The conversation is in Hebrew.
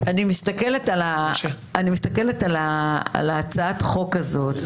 10:49) אני מסתכלת על הצעת החוק הזאת,